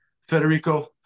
Federico